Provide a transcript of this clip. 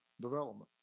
development